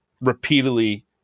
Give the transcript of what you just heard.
repeatedly